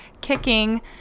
kicking